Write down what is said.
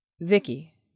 Vicky